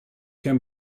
can